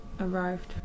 arrived